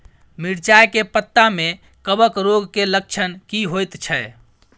मिर्चाय के पत्ता में कवक रोग के लक्षण की होयत छै?